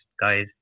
guys